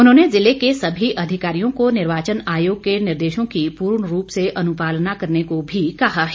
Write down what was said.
उन्होंने जिले के सभी अधिकारियों को निर्वाचन आयोग के निर्देशों की पूर्ण रूप से अनुपालना करने को भी कहा है